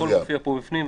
הכול מופיע בו בפנים,